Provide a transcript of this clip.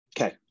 Okay